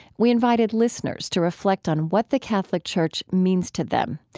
we invited listeners to reflect on what the catholic church means to them.